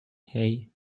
hey